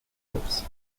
clips